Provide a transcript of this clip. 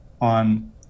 on